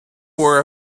wore